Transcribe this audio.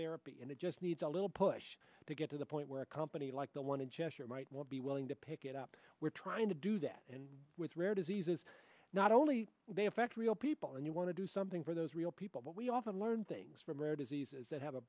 therapy and it just needs a little push to get to the point where a company like the one in cheshire might well be willing to pick it up we're trying to do that and with rare diseases not only will they affect real people and you want to do something for those real people but we often learn things from rare diseases that